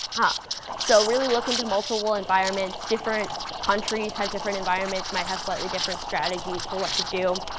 ah so really look into multiple environments. different countries have different environments, might have slightly different strategies for what to do.